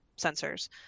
sensors